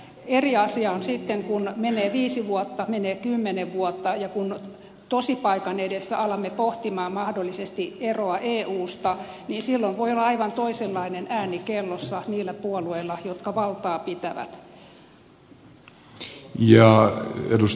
eri asia on sitten kun menee viisi vuotta menee kymmenen vuotta ja kun tosipaikan edessä alamme pohtia mahdollisesti eroa eusta silloin voi olla aivan toisenlainen ääni kellossa niillä puolueilla jotka valtaa pitävät